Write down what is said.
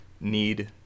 need